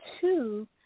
two